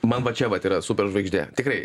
man va čia vat yra superžvaigždė tikrai